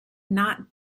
not